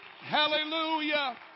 Hallelujah